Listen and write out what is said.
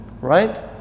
right